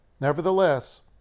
Nevertheless